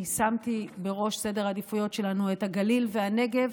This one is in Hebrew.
אני שמתי בראש סדר העדיפויות שלנו את הגליל והנגב,